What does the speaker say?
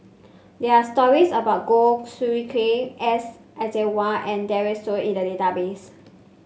there are stories about Goh Soo Khim S Iswaran and Daren Shiau in the database